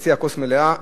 לחצי הכוס המלאה.